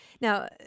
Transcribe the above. Now